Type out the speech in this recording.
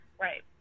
Right